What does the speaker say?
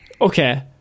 Okay